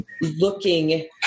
looking